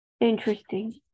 interesting